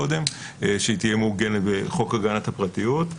שתהיה מעוגנת בחוק הגנת הפרטיות.